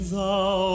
Thou